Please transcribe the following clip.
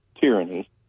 tyranny